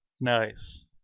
Nice